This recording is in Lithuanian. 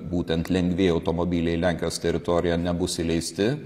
būtent lengvieji automobiliai lenkijos teritorijoje nebus įleisti